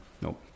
Nope